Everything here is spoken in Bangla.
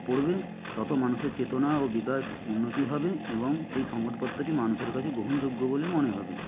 পড়বে তত মানুষের চেতনা ও বিকাশ উন্নতি হবে এবং সেই সংবাদপত্রটি মানুষের কাছে গ্রহণযোগ্য বলে মনে হবে